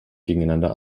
gegeneinander